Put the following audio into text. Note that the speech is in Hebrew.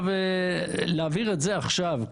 להעביר את זה עכשיו,